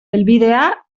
helbidea